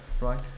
right